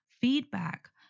feedback